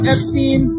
Epstein